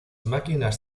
máquinas